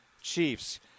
Chiefs